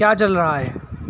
کیا چل رہا ہے